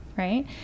Right